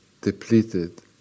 depleted